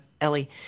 Ellie